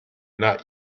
not